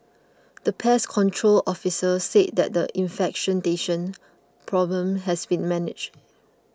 the pest control officer said that the infestation problem has been managed